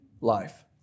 life